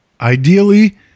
ideally